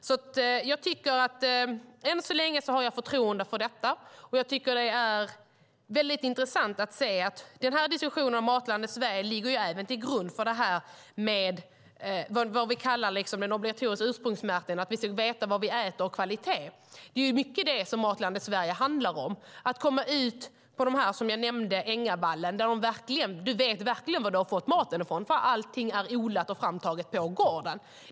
Därför har jag än så länge förtroende för detta, och jag tycker att det är väldigt intressant att se att diskussionen om Matlandet Sverige även ligger till grund för vad vi kallar en obligatorisk ursprungsmärkning: att vi ska veta vad vi äter och av vilken kvalitet. Det är mycket det som Matlandet Sverige handlar om, till exempel att komma ut på Ängavallen, som jag nämnde, där man verkligen vet var man fått maten ifrån eftersom allting är odlat och framtaget på gården.